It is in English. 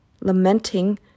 lamenting